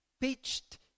pitched